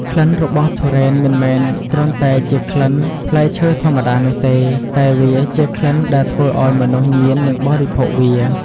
ក្លិនរបស់ទុរេនមិនមែនគ្រាន់តែជាក្លិនផ្លែឈើធម្មតានោះទេ តែវាជាក្លិនដែលធ្វើឲ្យមនុស្សញៀននឹងបរិភោគវា។